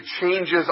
changes